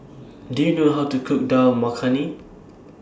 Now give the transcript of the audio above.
Do YOU know How to Cook Dal Makhani